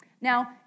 Now